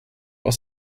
was